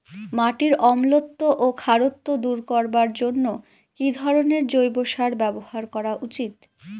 মাটির অম্লত্ব ও খারত্ব দূর করবার জন্য কি ধরণের জৈব সার ব্যাবহার করা উচিৎ?